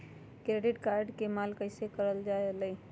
Credit card के इस्तेमाल कईसे करल जा लई?